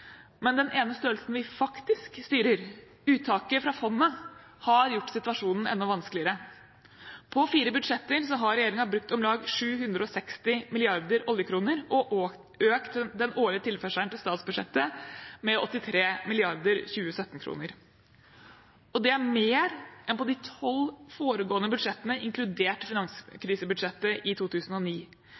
Men den ene størrelsen vi faktisk styrer, uttaket fra fondet, har gjort situasjonen enda vanskeligere. På fire budsjetter har regjeringen brukt om lag 760 mrd. oljekroner og økt den årlige tilførselen til statsbudsjettet med 83 mrd. 2017-kroner. Det er mer enn i de tolv foregående budsjettene, inkludert finanskrisebudsjettet i 2009.